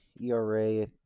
ERA